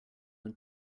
than